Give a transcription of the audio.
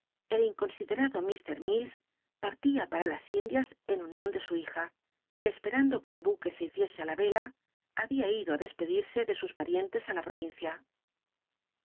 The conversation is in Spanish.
el inconsiderado m mil partía para las indias en union de su hija que espeando que el buque se hiciese á la ela babia ido i despedirse de sus parientes í la pt'o